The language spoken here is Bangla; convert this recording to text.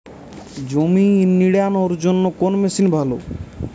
জমি নিড়ানোর জন্য কোন মেশিন ভালো?